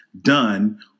done